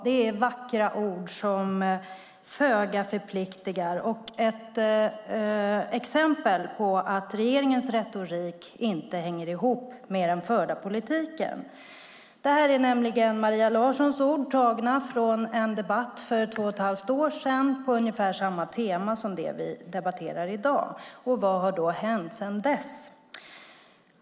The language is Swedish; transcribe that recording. Det är vackra ord som föga förpliktar och ett exempel på att regeringens retorik inte hänger ihop med den förda politiken. Det här är nämligen Maria Larssons ord tagna från en debatt för två och ett halvt år sedan på ungefär samma tema som det vi debatterar i dag. Var har då hänt sedan dess?